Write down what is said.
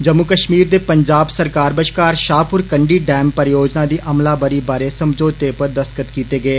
जम्मू कश्मीर ते पंजाब सरकार बश्कार शाहपुर कंडी डैम परियोजना दी अमलावरी बारै समझौर्ते उप्पर दस्खत कीते गे